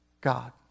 God